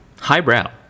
highbrow